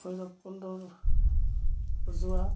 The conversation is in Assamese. ভৈৰৱকুণ্ডত যোৱা